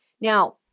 Now